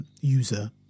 user